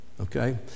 okay